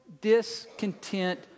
discontent